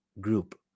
group